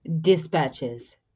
Dispatches